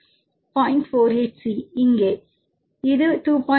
8 C இங்கே இது 2